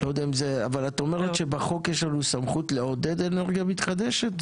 את אומרת שבחוק יש לנו סמכות לעודד אנרגיה מתחדשת?